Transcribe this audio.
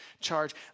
charge